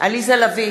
עליזה לביא,